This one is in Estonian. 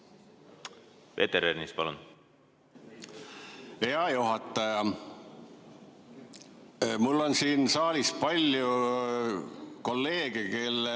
Peeter Ernits, palun! Hea juhataja! Mul on siin saalis palju kolleege, kelle